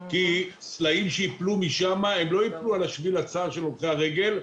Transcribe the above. כי סלעים שייפלו משם לא ייפלו על השביל הצר של הולכי הרגל,